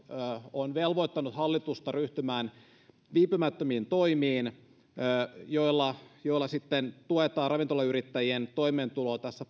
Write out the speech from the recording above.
on velvoittanut hallitusta ryhtymään viipymättömiin toimiin joilla sitten tuetaan ravintolayrittäjien toimeentuloa tässä